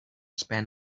spend